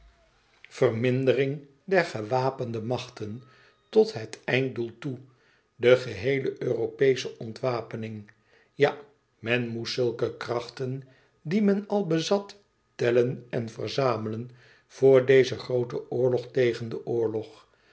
vermindering der gewapende machten tot het einddoel toe de geheele europeesche ontwapening ja men moest zulke krachten die men al bezat tellen en verzamelen voor dezen grooten oorlog tegen den oorlog